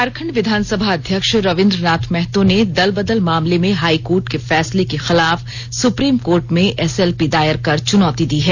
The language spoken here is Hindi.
झारखंड विधानसभा अध्यक्ष रबीन्द्र नाथ महतो ने दल बदल मामले में हाईकोर्ट के फैसले के खिलाफ सुप्रीम कोर्ट में एसएलपी दायर कर चुनौती दी है